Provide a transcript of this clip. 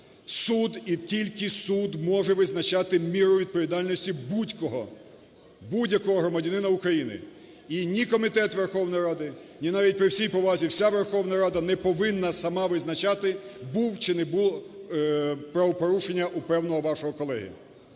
Суд і тільки суд може визначати міру відповідальності будь-кого, будь-якого громадянина України. І ні комітет Верховної Ради , ні навіть, при всій повазі, вся Верховна Рада не повинна сама визначати було чи не було правопорушення у певного вашого колеги.